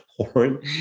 porn